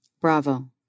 Bravo